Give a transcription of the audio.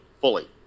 Fully